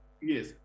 Yes